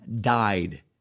died